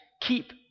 Keep